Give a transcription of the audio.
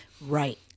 right